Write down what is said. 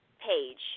page